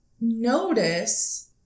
notice